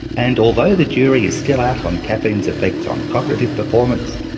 and although the jury is still out on caffeine's effects on cognitive performance,